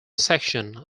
section